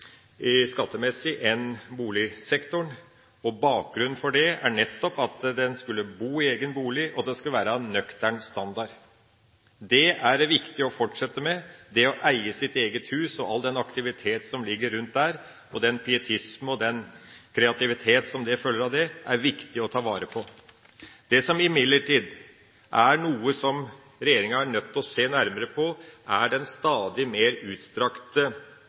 subsidiering skattemessig enn regler innenfor boligsektoren. Bakgrunnen for det er nettopp at en skulle kunne bo i egen bolig, og at den skal være av nøktern standard. Det er det viktig å fortsette med. Det å eie sitt eget hus, med all den aktivitet som ligger rundt det, og den pietisme og den kreativitet som følger av det, er det viktig å ta vare på. Det som imidlertid er noe som regjeringa er nødt til å se nærmere på, er den stadig mer utstrakte